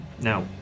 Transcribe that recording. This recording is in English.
Now